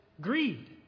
greed